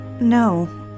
No